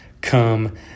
come